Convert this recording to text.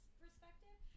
perspective